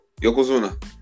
yokozuna